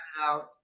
out